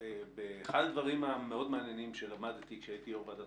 שאחד הדברים המאוד מעניינים שלמדתי כשהייתי יושב-ראש ועדת